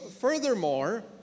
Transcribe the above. Furthermore